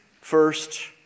First